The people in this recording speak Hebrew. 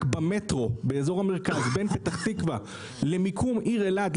המרחק במטרו באזור המרכז בין פתח תקוה למיקום העיר אלעד,